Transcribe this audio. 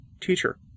teacher